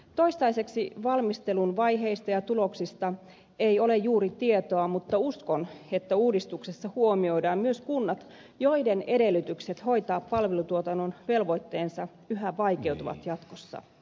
toistaiseksi valmistelun vaiheista ja tuloksista ei ole juuri tietoa mutta uskon että uudistuksessa huomioidaan myös kunnat joiden edellytykset hoitaa palvelutuotannon velvoitteensa yhä vaikeutuvat jatkossa